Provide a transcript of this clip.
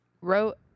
wrote